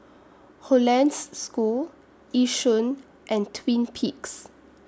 Hollandse School Yishun and Twin Peaks